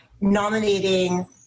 nominating